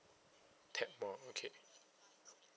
tap more okay